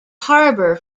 harbour